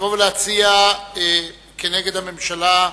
להציע כנגד הממשלה: